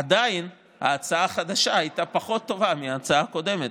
עדיין ההצעה החדשה הייתה פחות טובה מההצעה הקודמת,